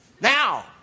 Now